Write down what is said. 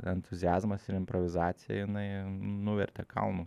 entuziazmas ir improvizacija jinai nuvertė kalnus